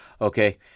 okay